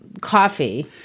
coffee